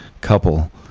couple